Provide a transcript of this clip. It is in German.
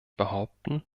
behaupten